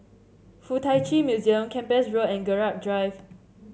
FuK Tak Chi Museum Kempas Road and Gerald Drive